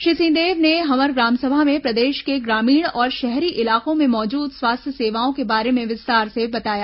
श्री सिंहदेव ने हमर ग्रामसभा में प्रदेश के ग्रामीण और शहरी इलाकों में मौजूद स्वास्थ्य सेवाओं के बारे में विस्तार से बताया